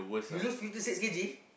you lose fifty six K_G